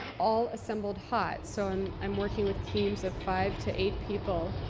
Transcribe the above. all assembled hot. so and i'm working with teams of five to eight people,